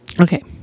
Okay